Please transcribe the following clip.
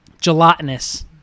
Gelatinous